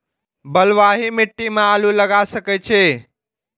बलवाही मिट्टी में आलू लागय सके छीये?